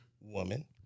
woman